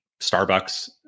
Starbucks